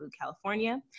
California